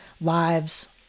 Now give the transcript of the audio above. lives